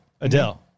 Adele